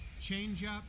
Changeup